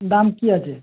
দাম কী আছে